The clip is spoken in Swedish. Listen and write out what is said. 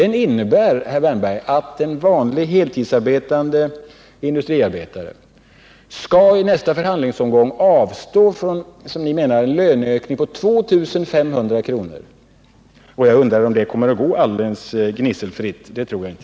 Den innebär, Erik Wärnberg, att en vanlig heltidsarbetande industriarbetare i nästa förhandlingsomgång, som ni menar, skall avstå från en löneökning på 2 500 kr. Jag tvivlar på att det kommer att gå alldeles gnisselfritt.